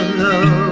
love